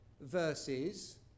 verses